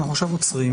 אנחנו עכשיו עוצרים.